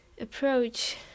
approach